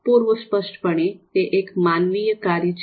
પૂર્વ સ્પષ્ટપણે તે એક માનવીય કાર્ય છે